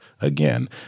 again